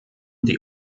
die